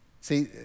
See